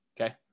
Okay